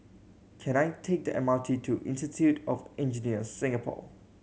can I take the M R T to Institute of Engineers Singapore